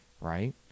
right